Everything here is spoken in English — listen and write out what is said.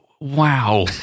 Wow